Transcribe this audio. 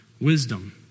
wisdom